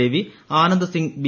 Ravi Anand Singh B